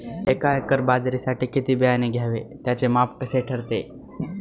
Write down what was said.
एका एकर बाजरीसाठी किती बियाणे घ्यावे? त्याचे माप कसे ठरते?